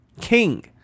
King